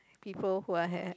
people who are